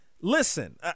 Listen